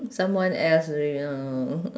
someone else alrea~ oh